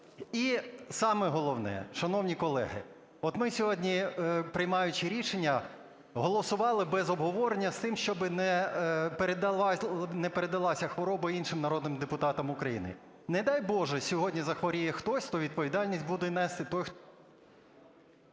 І саме головне. Шановні колеги, от ми сьогодні, приймаючи рішення, голосували без обговорення з тим, щоби не передалася хвороба іншим народним депутатам України. Не дай Боже, сьогодні захворіє хтось, то відповідальність буде нести той…